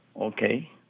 Okay